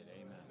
Amen